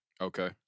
Okay